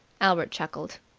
albert chuckled.